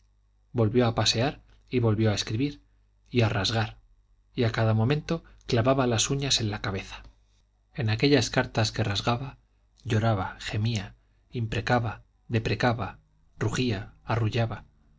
volvió a pasear y volvió a escribir y a rasgar y a cada momento clavaba las uñas en la cabeza en aquellas cartas que rasgaba lloraba gemía imprecaba deprecaba rugía arrullaba